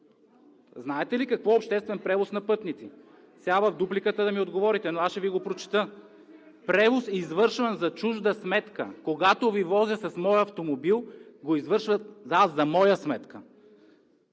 Знаете ли какво е „обществен превоз на пътници“? Сега в дупликата да ми отговорите. Но аз ще Ви го прочета: „Превоз, извършван за чужда сметка – когато Ви возя с моя автомобил, го извършвам аз за моя сметка